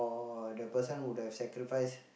or the person would have sacrificed